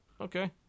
Okay